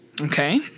Okay